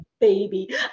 baby